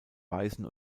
weißen